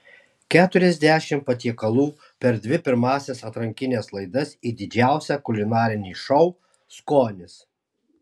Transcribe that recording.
keturiasdešimt patiekalų per dvi pirmąsias atrankines laidas į didžiausią kulinarinį šou skonis